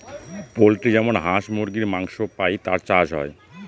poultry যেমন হাঁস মুরগীর মাংস পাই তার চাষ হয়